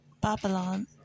Babylon